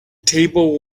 table